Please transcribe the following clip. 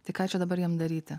tai ką čia dabar jiem daryti